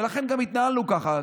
ולכן גם התנהלנו כך,